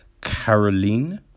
Caroline